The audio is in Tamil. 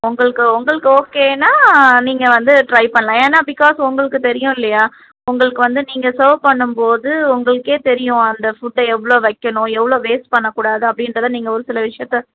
உங்களுக்கு உங்களுக்கு ஓகேன்னால் நீங்கள் வந்து ட்ரை பண்ணலாம் ஏன்னால் பிக்காஸ் உங்களுக்கு தெரியும் இல்லையா உங்களுக்கு வந்து நீங்கள் சர்வ் பண்ணும்போது உங்களுக்கே தெரியும் அந்த ஃபுட்டை எவ்வளோ வைக்கணும் எவ்வளோ வேஸ்ட் பண்ணக்கூடாது அப்படின்றத நீங்கள் ஒரு சில விஷயத்த